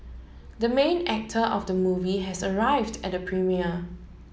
the main actor of the movie has arrived at the premiere